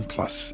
Plus